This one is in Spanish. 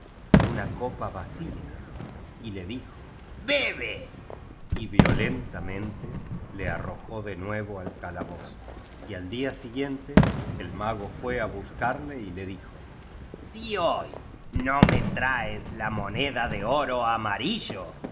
y una copa vacía y le dijo be be y violentamente le arrojó de nuevo al calabozo y al día siguiente el mago fue á buscarle y le dijo si hoy no me traes la moneda de oro amarillo